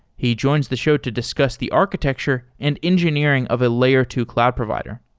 he joins the show to discuss the architecture and engineering of a layer two cloud provider.